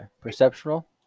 perceptual